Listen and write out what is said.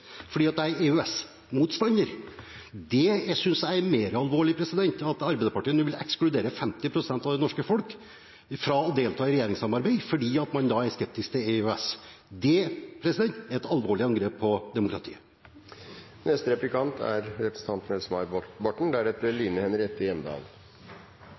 fordi jeg er EØS-motstander. Jeg synes det er mer alvorlig at Arbeiderpartiet nå vil ekskludere 50 pst. av det norske folk fra å delta i regjeringssamarbeid fordi man er skeptisk til EØS. Det er et alvorlig angrep på